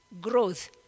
Growth